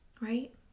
right